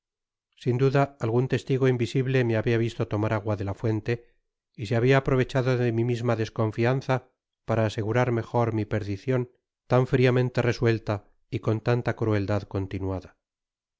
sin duda algun testigo invisible me habia visto tomar agua de la fuente y se habia aprovechado de mi misma desconfianza para asegurar mejor mi perdicion tan friamente resuelta y con tanta crueldad continuada